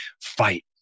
fight